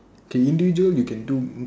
okay individual you can do